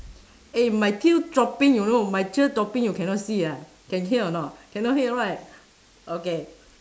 eh my tear dropping you know my tear dropping you cannot see ah can hear or not cannot hear right okay